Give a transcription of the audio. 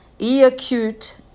E-acute